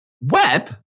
web